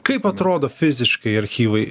kaip atrodo fiziškai archyvai